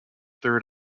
third